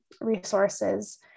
resources